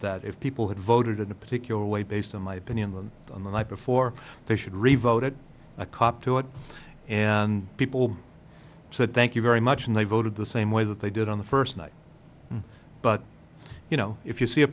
that if people had voted in a particular way based on my opinion on the night before they should revote it a cop to it and people said thank you very much and they voted the same way that they did on the first night but you know if you see a